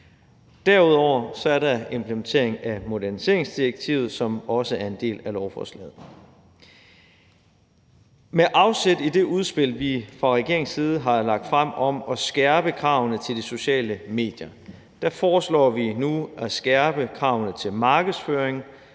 Derudover er der implementering af moderniseringsdirektivet, som også er en del af lovforslaget. Med afsæt i det udspil, vi fra regeringens side har lagt frem, om at skærpe kravene til de sociale medier foreslår vi nu at skærpe kravene til markedsføring